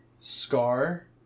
Scar